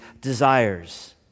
desires